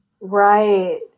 right